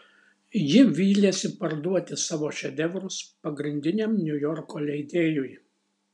ji vylėsi parduoti savo šedevrus pagrindiniam niujorko leidėjui